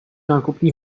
nákupní